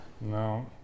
No